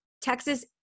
Texas